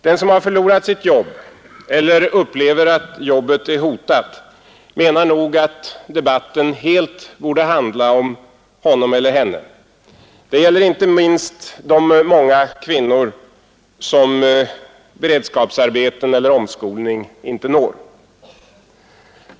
Den som har förlorat sitt jobb eller upplever att jobbet är hotat menar nog att debatten helt borde handla om honom eller henne — det gäller inte minst de många kvinnor som beredskapsarbeten eller omskolning inte når.